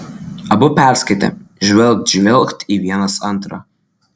abu perskaitę žvilgt žvilgt į vienas antrą